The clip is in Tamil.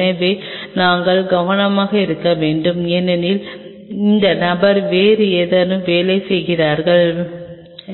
எனவே நாங்கள் கவனமாக இருக்க வேண்டும் ஏனெனில் இந்த நபர் வேறு ஏதாவது வேலை செய்கிறார் மேலும்